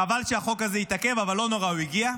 חבל שהחוק הזה התעכב, אבל לא נורא, הוא הגיע.